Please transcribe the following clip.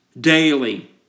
daily